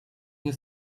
his